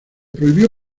prohibió